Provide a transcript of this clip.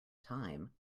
time